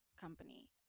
company